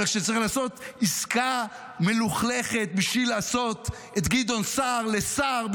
אבל כשצריך לעשות עסקה מלוכלכת בשביל לעשות את גדעון סער לשר,